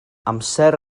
amser